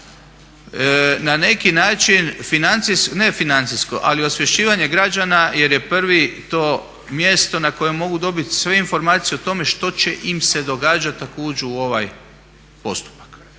način financijsko, ne financijsko, ali osvješćivanje građana jer je prvo to mjesto na kojem mogu dobiti sve informacije o tome što će im se događati ako uđu u ovaj postupak.